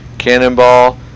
Cannonball